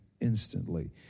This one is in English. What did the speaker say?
instantly